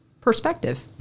perspective